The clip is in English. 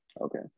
Okay